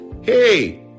hey